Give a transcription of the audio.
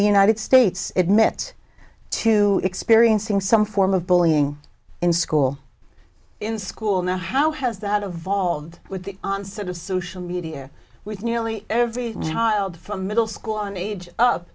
the united states admits to experiencing some form of bullying in school in school now how has that of volved with the onset of social media with nearly every child from middle school and age